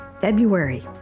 February